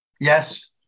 Yes